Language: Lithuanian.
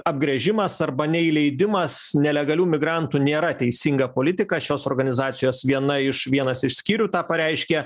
apgręžimas arba neįleidimas nelegalių migrantų nėra teisinga politika šios organizacijos viena iš vienas iš skyrių tą pareiškė